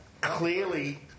Clearly